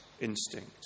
instinct